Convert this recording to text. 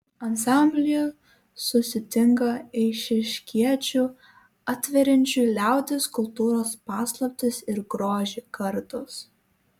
ansamblyje susitinka eišiškiečių atveriančių liaudies kultūros paslaptis ir grožį kartos